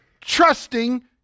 trusting